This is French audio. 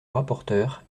rapporteur